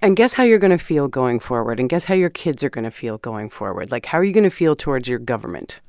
and guess how you're going to feel going forward, and guess how your kids are going to feel going forward? like, how are you going to feel towards your government,